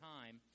time